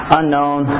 unknown